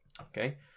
Okay